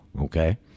Okay